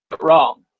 wrong